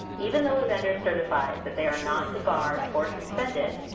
even though a vendor certifies that they are not debarred or suspended,